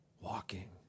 walking